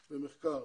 במחקר,